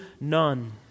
none